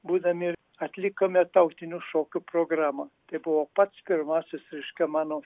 būdami atlikome tautinių šokių programą tai buvo pats pirmasis reiškia mano